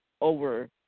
over